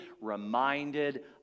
reminded